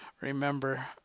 remember